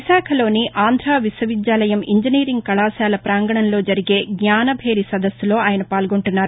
విశాఖలోని ఆంధ్రావిశ్వవిద్యాలయం ఇంజినీరింగ్ కళాశాల ప్రాంగణంలో జరిగే జ్ఞానభేరి సదస్సులో ఆయన పాల్గొంటున్నారు